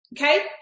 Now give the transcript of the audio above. Okay